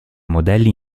modelli